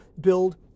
build